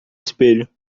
espelho